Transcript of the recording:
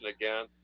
again